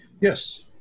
Yes